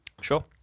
Sure